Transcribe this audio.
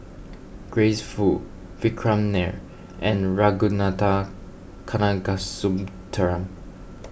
Grace Fu Vikram Nair and Ragunathar Kanagasuntheram